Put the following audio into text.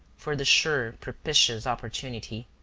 for the sure, propitious opportunity.